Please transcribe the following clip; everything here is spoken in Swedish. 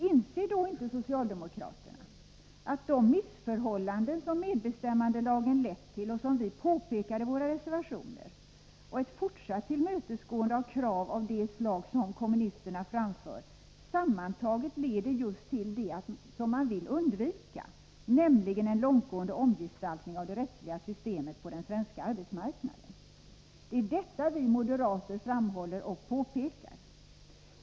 Inser då inte socialdemokraterna att de missförhållanden som medbestämmandelagen lett till, och som vi påpekar i våra reservationer, och ett fortsatt tillmötesgående av krav av det slag kommunisterna framför sammantaget leder just till det man vill undvika, nämligen en långtgående omgestaltning av det rättsliga systemet på den svenska arbetsmarknaden? Det är detta vi moderater framhåller och påpekar.